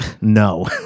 no